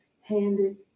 handed